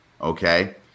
okay